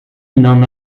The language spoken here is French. n’en